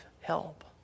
help